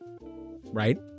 right